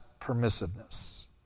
permissiveness